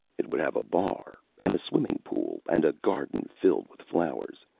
it would have a bar and swimming pool and a garden filled with flowers,